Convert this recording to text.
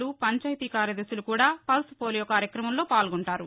లు పంచాయతీ కార్యదర్భులు కూడా పల్స్ పోలియో కార్యక్రమంలో పాల్గొంటారు